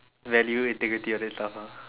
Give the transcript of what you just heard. value integrity all that stuff ah